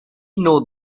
know